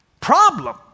problem